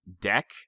deck